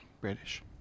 British